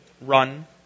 run